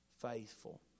faithful